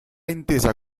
intesa